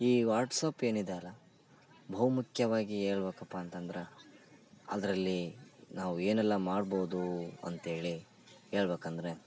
ಈ ವಾಟ್ಸ್ಆ್ಯಪ್ ಏನಿದೆ ಅಲ್ಲ ಬಹು ಮುಖ್ಯವಾಗಿ ಹೇಳ್ಬೇಕಪ್ಪ ಅಂತಂದ್ರೆ ಅದರಲ್ಲಿ ನಾವು ಏನೆಲ್ಲ ಮಾಡ್ಬೋದು ಅಂತೇಳಿ ಹೇಳ್ಬೇಕಂದ್ರೆ